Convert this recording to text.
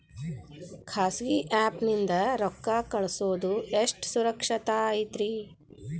ಖಾಸಗಿ ಆ್ಯಪ್ ನಿಂದ ರೊಕ್ಕ ಕಳ್ಸೋದು ಎಷ್ಟ ಸುರಕ್ಷತಾ ಐತ್ರಿ?